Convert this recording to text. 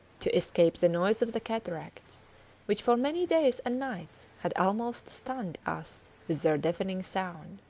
to escape the noise of the cataracts which for many days and nights had almost stunned us with their deafening sound.